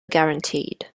guaranteed